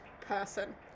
person